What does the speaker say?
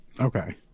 Okay